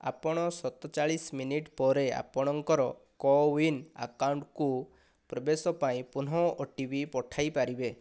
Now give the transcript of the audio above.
ଆପଣ ସତଚାଳିଶ ମିନିଟ୍ ପରେ ଆପଣଙ୍କର କୋୱିନ୍ ଆକାଉଣ୍ଟକୁ ପ୍ରବେଶ ପାଇଁ ପୁନଃ ଓଟିପି ପଠାଇ ପାରିବେ